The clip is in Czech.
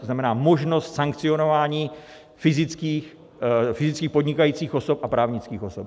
To znamená, možnost sankcionování fyzických podnikajících osob a právnických osob.